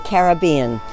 Caribbean